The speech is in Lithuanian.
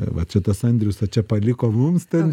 va čia tas andrius va čia paliko mums ten